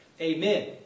Amen